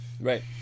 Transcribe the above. Right